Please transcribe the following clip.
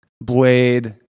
Blade